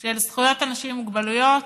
של זכויות אנשים עם מוגבלויות,